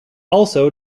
also